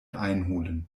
einholen